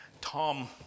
Tom